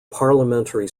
parliamentary